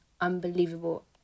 unbelievable